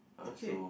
okay